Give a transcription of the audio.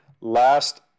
last